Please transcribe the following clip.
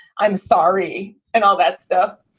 i'm sorry. and all that stuff.